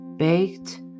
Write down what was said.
baked